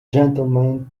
gentlemen